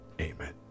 amen